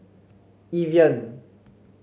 Evian